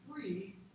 free